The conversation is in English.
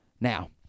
Now